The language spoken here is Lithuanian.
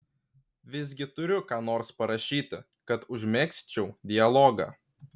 visgi turiu ką nors parašyti kad užmegzčiau dialogą